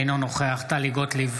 אינו נוכח טלי גוטליב,